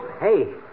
Hey